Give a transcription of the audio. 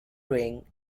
ring